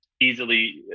easily